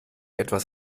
etwas